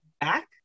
back